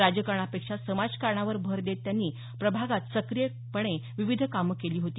राजकारणापेक्षा समाजकारणावर भर देत त्यांनी प्रभागात सक्रियपणे विविध कामं केली होती